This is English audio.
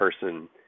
person